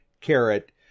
Carrot